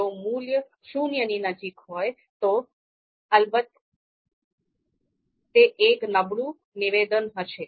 જો મૂલ્ય શૂન્યની નજીક હોય તો અલબત્ત તે એક નબળું નિવેદન હશે